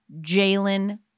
Jalen